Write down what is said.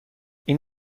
این